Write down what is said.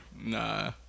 Nah